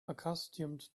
accustomed